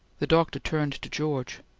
the doctor turned to george.